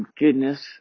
goodness